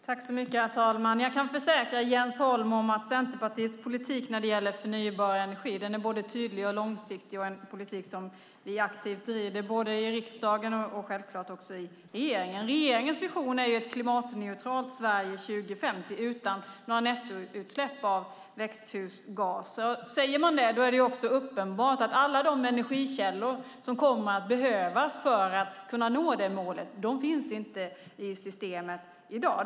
Herr talman! Jag kan försäkra Jens Holm om att Centerpartiets politik när det gäller förnybar energi är både tydlig och långsiktig. Det är en politik som vi aktivt driver både i riksdagen och självklart i regeringen. Regeringens vision är ett klimatneutralt Sverige 2050 utan några nettoutsläpp av växthusgaser. Det är uppenbart att alla de energikällor som kommer att behövas för att nå detta mål inte finns i systemet i dag.